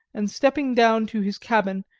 and, stepping down to his cabin,